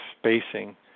spacing